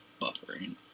buffering